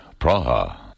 Praha